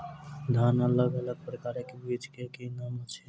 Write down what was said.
धान अलग अलग प्रकारक बीज केँ की नाम अछि?